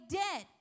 dead